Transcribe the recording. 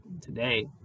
today